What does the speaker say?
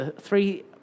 three